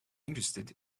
interested